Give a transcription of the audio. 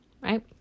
right